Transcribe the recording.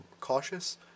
cautious